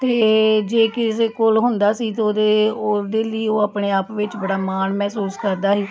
ਅਤੇ ਜੇ ਕਿਸੇ ਕੋਲ ਹੁੰਦਾ ਸੀ ਤਾਂ ਉਹਦੇ ਲਈ ਉਹ ਆਪਣੇ ਆਪ ਵਿੱਚ ਬੜਾ ਮਾਣ ਮਹਿਸੂਸ ਕਰਦਾ ਸੀ